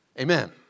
Amen